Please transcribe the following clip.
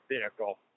vehicle